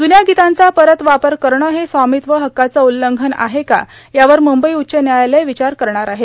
जुन्या गीतांचा परत वापर करणं हे स्वाामत्त्व हक्काचं उल्लंघन आहे का यावर मुंबई उच्च न्यायालय विचार करणार आहे